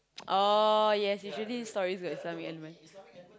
oh yes usually stories got Islamic element